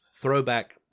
throwback